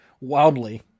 wildly